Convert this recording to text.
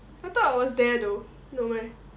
I thought I was there though no meh